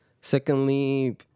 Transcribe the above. Secondly